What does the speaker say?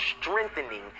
strengthening